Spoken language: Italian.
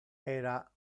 era